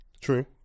true